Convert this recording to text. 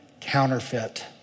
counterfeit